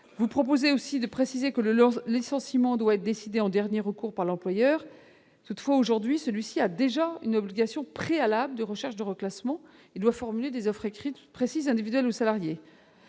Vous proposez aussi de préciser que le licenciement doit être décidé en dernier recours par l'employeur. Toutefois, celui-ci est déjà soumis à une obligation préalable de recherche de reclassement et doit formuler des offres écrites précises individuelles aux salariés.